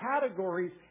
categories